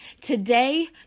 Today